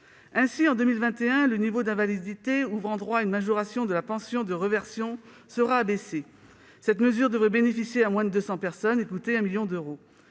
Ainsi, en 2021, le niveau d'invalidité ouvrant droit à une majoration de la pension de réversion sera abaissé. Cette mesure devrait bénéficier à moins de deux cents personnes et coûter 1 million d'euros.